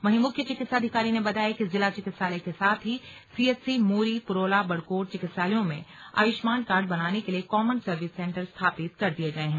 वहीं मुख्य चिकित्साधिकारी ने बताया कि जिला चिकित्सालय के साथ ही सीएचसी मोरी पुरोला बड़कोट चिकित्सालयों में आयुष्मान कार्ड बनाने के लिए कॉमन सर्विस सेन्टर स्थापित कर दिये गये हैं